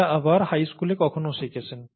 যা আবার হাইস্কুলে কখনও শিখেছেন